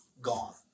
gone